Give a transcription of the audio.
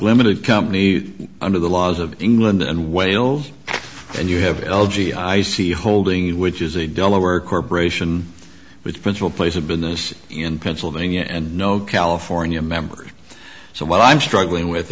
limited company under the laws of england and wales and you have l g i see holding which is a delaware corporation with principal place of business in pennsylvania and no california members so what i'm struggling with